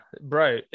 bro